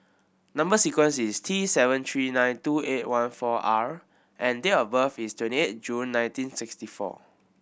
number sequence is T seven three nine two eight one four R and date of birth is twenty eight June nineteen sixty four